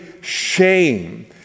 shame